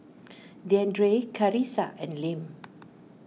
Deandre Karissa and Lem